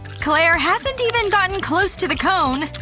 clair hasn't even gotten close to the cone!